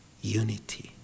unity